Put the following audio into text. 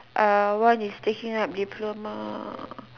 uh one is taking up diploma